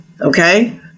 okay